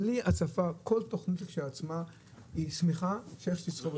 בלי הצפה כל תוכנית לכשעצמה היא שמיכה שיש לסחוב אותה לצדדים.